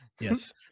yes